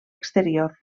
exterior